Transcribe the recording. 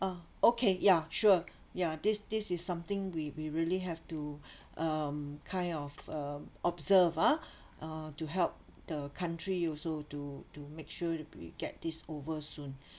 oh okay ya sure ya this this is something we we really have to um kind of um observe ah uh to help the country also to to make sure we get this over soon